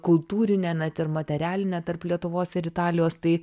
kultūrinė net ir materialinė tarp lietuvos ir italijos tai